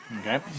Okay